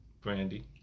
Brandy